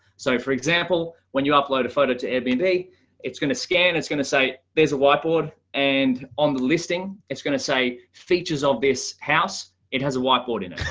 so for example, when you upload a photo to airbnb, it's going to scan, it's going to say there's a whiteboard, and on the listing, it's going to say features of this house. it has a whiteboard in it.